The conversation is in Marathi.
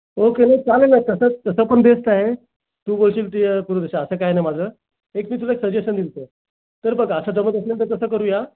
हो केलं चालेल ना तसं तसं पण बेस्ट आहे तू बोलशील काही नाही माझं तर एक तर मी तुझं एक सजेशन दिल आहेत तर बघ असं जमेल असल तर तसं करूया